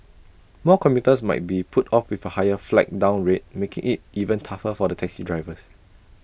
more commuters might be put off with A higher flag down rate making IT even tougher for the taxi drivers